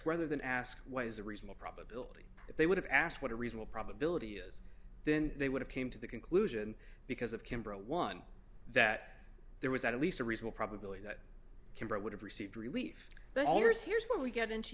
rather than ask what is a reasonable probability that they would have asked what a reasonable probability is then they would have came to the conclusion because of kimbra one that there was at least a reasonable probability that kimber would have received relief but here's here's where we get into